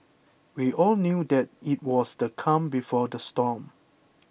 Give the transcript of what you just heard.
we all knew that it was the calm before the storm